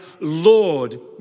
Lord